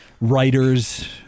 writers